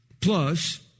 Plus